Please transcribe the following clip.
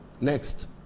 Next